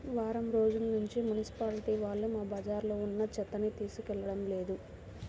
వారం రోజుల్నుంచి మున్సిపాలిటీ వాళ్ళు మా బజార్లో ఉన్న చెత్తని తీసుకెళ్లడం లేదు